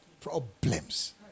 problems